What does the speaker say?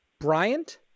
Bryant